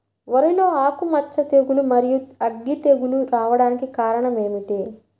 వరిలో ఆకుమచ్చ తెగులు, మరియు అగ్గి తెగులు రావడానికి కారణం ఏమిటి?